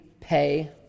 pay